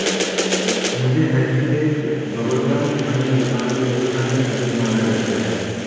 मुझे Happydent bubblegum अन्य दुकानों की तुलना में अधिक महंगा लगता है